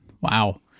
Wow